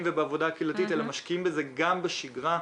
ובעבודה הקהילתית אלא משקיעים בזה גם בשגרה.